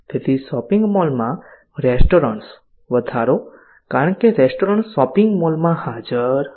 તેથી શોપિંગ મોલમાં રેસ્ટોરન્ટ્સ વધારો કારણ કે રેસ્ટોરન્ટ શોપિંગ મોલમાં હાજર નથી